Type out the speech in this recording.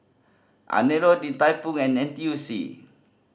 Anello Din Tai Fung and N T U C